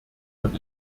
man